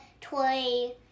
toy